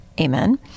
Amen